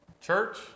Church